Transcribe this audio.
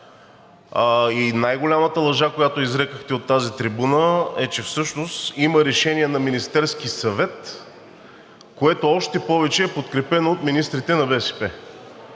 Най-голямата лъжа, която изрекохте от тази трибуна, е, че всъщност има решение на Министерския съвет, което, още повече, е подкрепено от министрите на БСП.